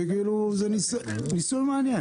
ניסיון מעניין.